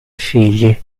figli